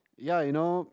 yeah you know